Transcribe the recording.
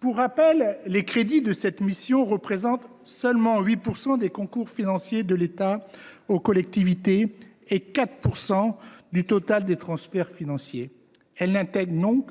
Pour rappel, les crédits de cette mission représentent seulement 8 % des concours financiers de l’État aux collectivités et 4 % du total des transferts financiers. Ils ne recouvrent donc